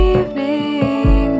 evening